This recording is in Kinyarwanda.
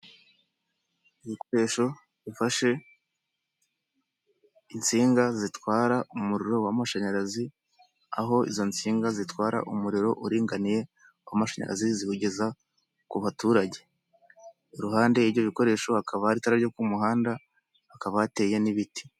Ibikoresho bifashe insinga zitwara umuriro w'amashanyarazi, aho izo nsinga zitwara umuriro uringaniye w'amashanyarazi ziwugeza ku baturage, iruhande y'ibyo bikoresho hakaba hari itara ryo ku muhanda hakaba hateye n'ibiti.